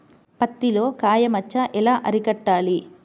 పత్తిలో కాయ మచ్చ ఎలా అరికట్టాలి?